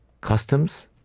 customs